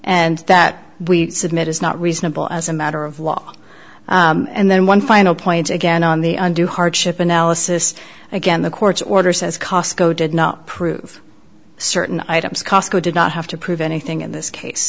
and that we submit is not reasonable as a matter of law and then one final point again on the undue hardship analysis again the court's order says cosco did not prove certain items cosco did not have to prove anything in this case